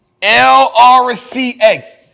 LRCX